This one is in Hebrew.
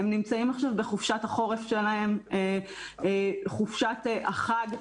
הם נמצאים עכשיו בחופשת החורף שלהם, חופשת החג,